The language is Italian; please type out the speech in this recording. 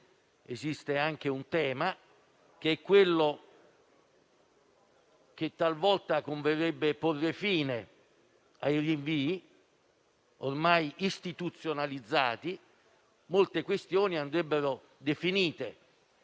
ed evidente che talvolta converrebbe porre fine ai rinvii, ormai istituzionalizzati; molte questioni andrebbero definite,